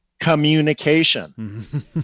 communication